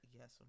yes